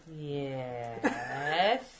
Yes